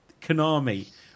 Konami